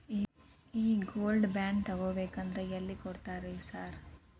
ಈ gold bond ತಗಾಬೇಕಂದ್ರ ಎಲ್ಲಿ ಕೊಡ್ತಾರ ರೇ ಸಾರ್?